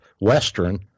Western